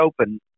Open